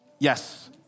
Yes